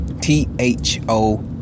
T-H-O